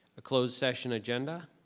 closed session agenda.